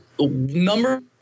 number